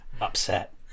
upset